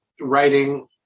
writing